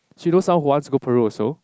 she knows someone who wants to go Peru also